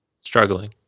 Struggling